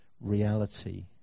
reality